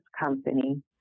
company